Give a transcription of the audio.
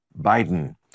Biden